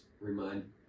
remind